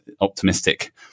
optimistic